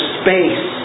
space